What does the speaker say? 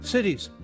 Cities